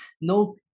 no